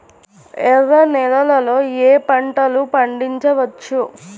ఎర్ర నేలలలో ఏయే పంటలు పండించవచ్చు?